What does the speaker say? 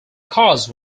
cause